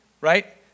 right